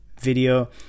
video